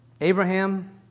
Abraham